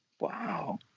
Wow